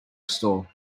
store